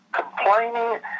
Complaining